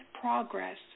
progress